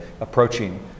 approaching